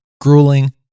grueling